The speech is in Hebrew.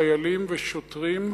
חיילים ושוטרים,